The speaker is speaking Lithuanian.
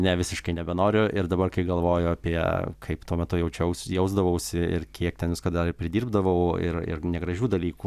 ne visiškai nebenoriu ir dabar kai galvoju apie kaip tuo metu jaučiaus jausdavausi ir kiek ten visko dar ir pridirbdavau ir ir negražių dalykų